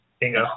Bingo